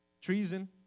Treason